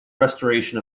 restoration